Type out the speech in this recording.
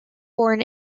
born